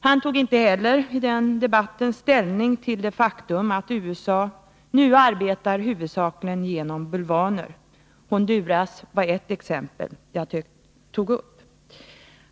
Han tog i den debatten inte heller ställning till det faktum att USA nu arbetar huvudsakligen genom bulvaner. Honduras var ett exempel som jag tog upp.